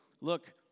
Look